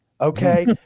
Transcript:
okay